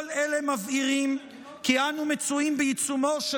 כל אלה מבהירים כי אנו מצויים בעיצומו של